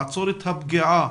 לעצור את הפגיעה